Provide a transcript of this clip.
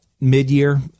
mid-year